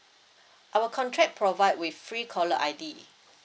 our contract provide with free caller I_D